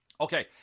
Okay